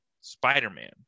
Spider-Man